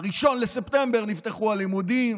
ב-1 בספטמבר נפתחו הלימודים